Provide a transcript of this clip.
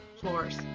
floors